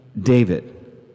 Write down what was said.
David